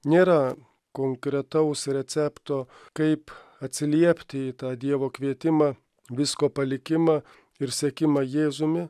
nėra konkretaus recepto kaip atsiliepti į tą dievo kvietimą visko palikimą ir sekimą jėzumi